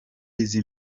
izi